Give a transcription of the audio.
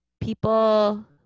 people